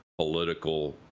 political